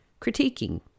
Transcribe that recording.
critiquing